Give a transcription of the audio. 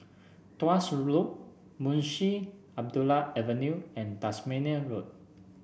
Tuas Loop Munshi Abdullah Avenue and Tasmania Road